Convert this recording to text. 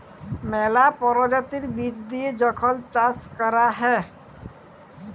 ম্যালা পরজাতির বীজ দিঁয়ে যখল চাষ ক্যরা হ্যয়